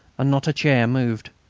and not a chair moved.